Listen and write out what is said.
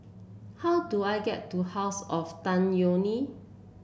how do I get to House of Tan Yeok Nee